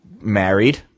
married